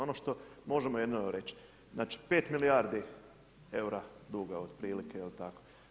Ono što možemo jedino reći, znači 5 milijardi eura duga, otprilike tako.